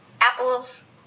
apples